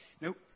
Now